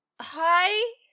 Hi